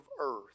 earth